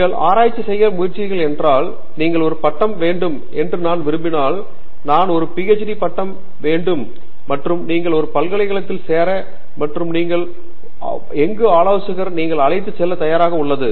நீங்கள் ஆராய்ச்சி செய்ய முயற்சிக்கிறீர்கள் என்றால் நீங்கள் ஒரு பட்டம் வேண்டும் என்று நான் விரும்பினால் நான் ஒரு PhD பட்டம் வேண்டும் மற்றும் நீங்கள் ஒரு பல்கலைக்கழகத்தில் சேர மற்றும் நீங்கள் எங்கு ஆலோசகர் நீங்கள் அழைத்து செல்ல தயாராக உள்ளது